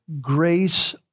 grace